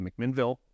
McMinnville